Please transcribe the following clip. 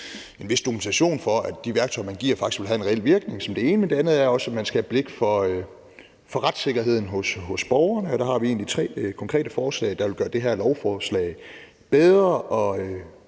en vis dokumentation for, at de værktøjer, man giver, faktisk vil have en reel virkning, som det ene, dels skal man som det andet også have blik for retssikkerheden hos borgerne, og der har vi egentlig tre konkrete forslag, der vil gøre det her lovforslag bedre og